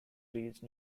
reached